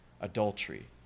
adultery